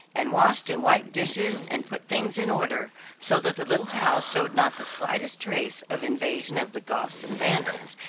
and washed and wiped dishes, and put things in order, so that the little house showed not the slightest trace of invasion of the goths and vandals,